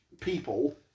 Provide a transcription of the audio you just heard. people